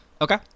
okay